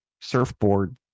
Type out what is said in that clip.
surfboard